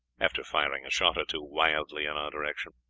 after firing a shot or two wildly in our direction.